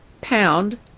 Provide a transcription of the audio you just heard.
pound